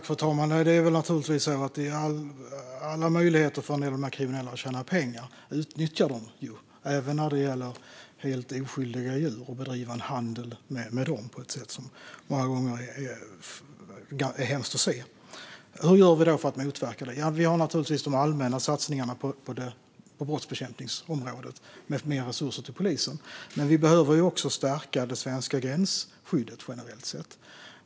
Fru talman! En del kriminella utnyttjar naturligtvis alla möjligheter att tjäna pengar, även när det gäller att bedriva handel med helt oskyldiga djur på ett sätt som många gånger är hemskt att se. Hur gör vi då för att motverka detta? Vi har naturligtvis de allmänna satsningarna på brottsbekämpningsområdet, med mer resurser till polisen. Men vi behöver också stärka det svenska gränsskyddet generellt sett.